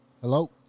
Hello